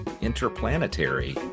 interplanetary